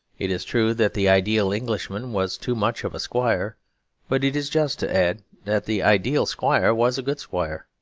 it is true that the ideal englishman was too much of a squire but it is just to add that the ideal squire was a good squire.